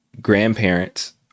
grandparents